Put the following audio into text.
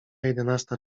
jedenasta